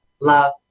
love